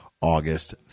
August